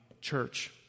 church